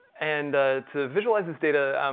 and to visualize this data,